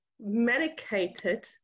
medicated